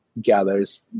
gathers